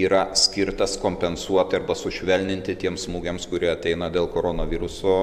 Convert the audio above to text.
yra skirtas kompensuoti arba sušvelninti tiems smūgiams kurie ateina dėl koronaviruso